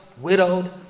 widowed